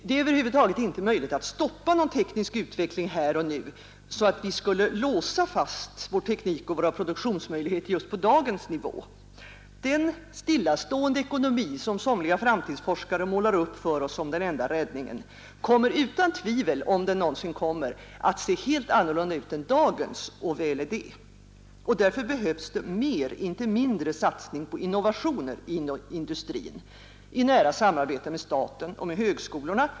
Det är över huvud taget inte möjligt att stoppa någon teknisk utveckling här och nu i den meningen att man skulle låsa fast vår teknik — Nr 17 och våra produktionsmöjliheter just på dagens nivå. Den stillastående Torsdagen den ekonomi, som somliga framtidsforskare målar upp för oss som den enda = 3 februari 1972 räddningen, kommer utan tvivel — om den någonsin kommer —- attse ———— helt annorlunda ut än dagens, och väl är det. Därför behövs det större, Allmänpolitisk inte mindre, satsning på innovationer inom industrin i nära samarbete debatt med staten och högskolorna.